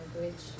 language